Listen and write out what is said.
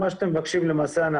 למעשה,